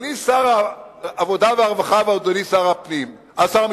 אדוני שר העבודה והרווחה ואדוני שר המשפטים,